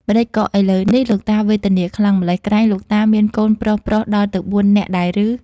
ម៉េចក៏ឥឡូវនេះ លោកតាវេទនាខ្លាំងម៉្លេះ ក្រែងលោកតាមានកូនប្រុសៗដល់ទៅ ៤នាក់ដែរឬ។